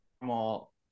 normal